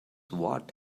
what